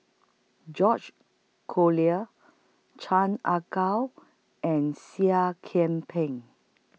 George Collyer Chan Ah Kow and Seah Kian Peng